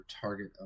target